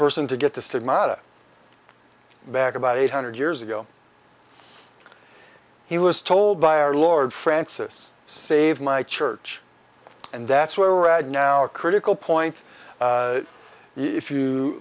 person to get the stigmata back about eight hundred years ago he was told by our lord francis saved my church and that's where we're at now a critical point if you